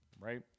right